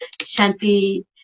Shanti